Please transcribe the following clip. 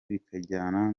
bikajyana